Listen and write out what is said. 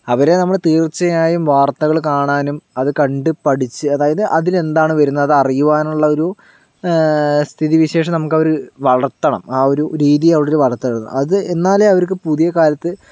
അവരെ നമ്മൾ തീർച്ചയായും വാർത്തകൾ കാണാനും അത് കണ്ട് പഠിച്ച് അതായത് അതിലെന്താണ് വരുന്നത് അത് അറിയുവാനുള്ള ഒരു സ്ഥിതിവിശേഷം നമുക്ക് അവരെ വളർത്തണം ആ ഒരു രീതി അവരിൽ വളർത്തണം അത് എന്നാലേ അവർക്ക് പുതിയ കാലത്ത്